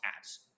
ads